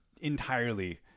Entirely